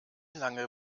lange